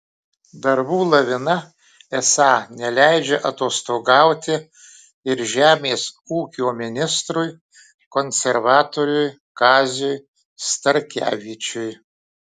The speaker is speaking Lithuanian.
darbų lavina esą neleidžia atostogauti ir žemės ūkio ministrui konservatoriui kaziui starkevičiui